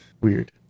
Weird